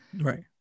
Right